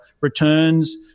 returns